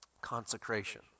consecration